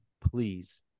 Please